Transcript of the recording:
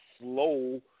slow